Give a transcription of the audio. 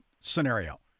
scenario